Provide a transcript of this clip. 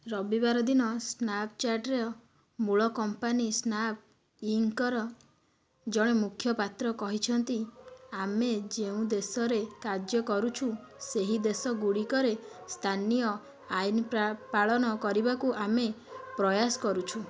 ରବିବାର ଦିନ ସ୍ନାପଚାଟ୍ର ମୂଳ କମ୍ପାନୀ ସ୍ନାପ୍ଇଙ୍କର ଜଣେ ମୁଖପାତ୍ର କହିଛନ୍ତି ଆମେ ଯେଉଁ ଦେଶରେ କାର୍ଯ୍ୟ କରୁଛୁ ସେହି ଦେଶଗୁଡ଼ିକରେ ସ୍ଥାନୀୟ ଆଇନ ପାଳନ କରିବାକୁ ଆମେ ପ୍ରୟାସ କରୁଛୁ